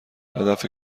هدف